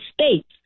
states